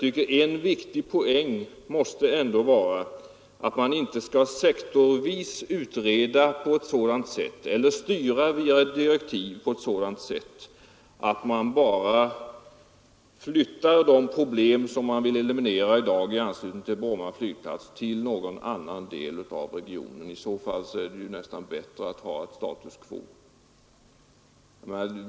En viktig poäng måste ändå vara att man inte skall sektorvis utreda eller styra via direktiv på ett sådant sätt att man bara flyttar det problem som man i dag vill eliminera i anslutning till Bromma flygplats till annan del av regionen. I så fall har ingenting vunnits i förhållande till nuläget.